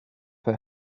faut